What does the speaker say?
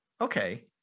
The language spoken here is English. okay